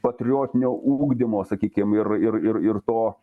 patriotinio ugdymo sakykim ir ir ir to